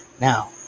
Now